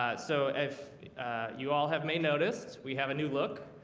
ah so if you all have may noticed we have a new look